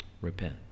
Repent